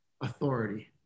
authority